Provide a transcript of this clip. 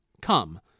come